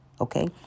okay